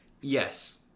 Yes